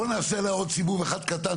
אז בואו נעשה עליה עוד סיבוב אחד קטן